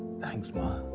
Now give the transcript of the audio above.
thanks mom.